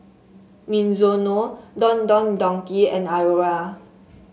Mizuno Don Don Donki and Iora